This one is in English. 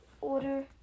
order